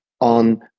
on